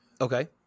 Okay